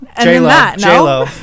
J-Lo